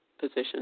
position